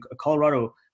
Colorado